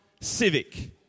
Civic